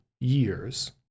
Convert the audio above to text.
years